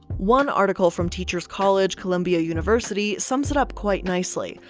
one article from teacher's college columbia university sums it up quite nicely.